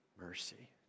mercy